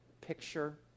picture